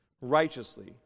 Righteously